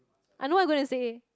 I know what you gonna say